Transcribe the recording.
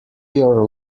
your